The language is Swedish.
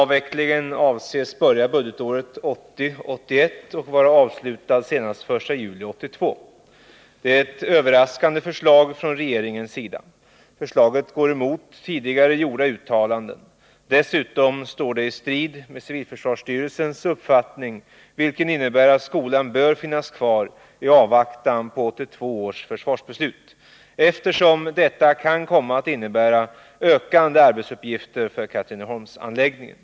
Avvecklingen avses att påbörjas budgetåret 1980/81 och vara avslutad senast den 1 juli 1982. Detta är ett överraskande förslag från regeringens sida. Förslaget går emot alla tidigare gjorda uttalanden. Dessutom står det i strid med civilförsvarsstyrelsens uppfattning att skolan bör finnas kvar i avvaktan på 1982 års försvarsbeslut, eftersom detta kan komma att innebära ökande arbetsuppgifter för Katrineholmsanläggningen.